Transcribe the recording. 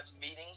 meetings